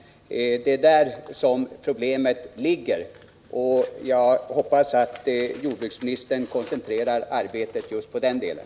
Det är där som problemet ligger. Jag hoppas att jordbruksministern koncentrerar arbetet just på den delen.